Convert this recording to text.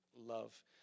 love